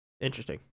Interesting